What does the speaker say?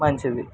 మంచిది